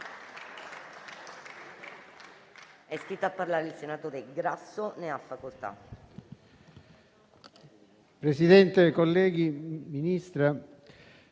Grazie,